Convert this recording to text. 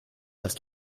dass